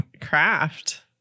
Craft